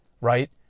right